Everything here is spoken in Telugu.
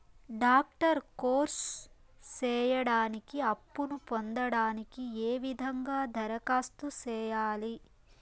డాక్టర్ కోర్స్ సేయడానికి అప్పును పొందడానికి ఏ విధంగా దరఖాస్తు సేయాలి?